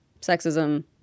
sexism